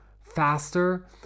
faster